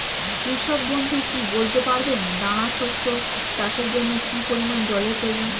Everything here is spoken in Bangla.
কৃষক বন্ধু কি বলতে পারবেন দানা শস্য চাষের জন্য কি পরিমান জলের প্রয়োজন?